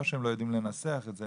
לא שהם לא יודעים לנסח את זה,